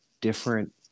different